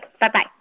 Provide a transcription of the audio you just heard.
bye-bye